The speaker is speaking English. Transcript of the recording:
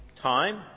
time